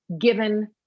given